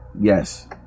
Yes